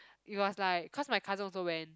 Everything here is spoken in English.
it was like cause my cousin also went